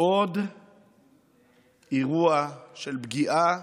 עוד אירוע של פגיעה